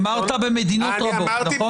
אמרת במדינות רבות, נכון?